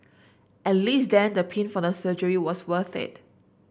at least then the pain from the surgery was worth it